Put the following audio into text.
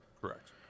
Correct